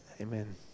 Amen